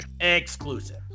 exclusive